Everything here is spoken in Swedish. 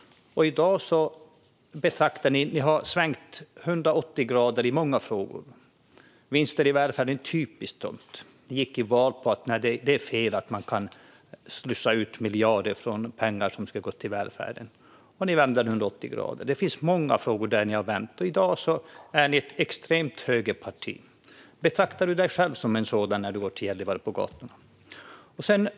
I dag har ni svängt 180 grader i många frågor. Vinster i välfärden är en typisk sådan. Ni gick till val på att det är fel att man kan slussa ut miljarder från företag; det är pengar som ska gå till välfärden. Och ni vände 180 grader. Det finns många frågor där ni har vänt. I dag är ni ett extremt högerparti. Betraktar du dig själv som del av ett sådant när du går på gatorna i Gällivare?